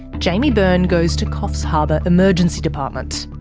jaimie byrne goes to coffs harbour emergency department.